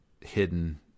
hidden